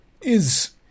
Is